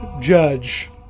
judge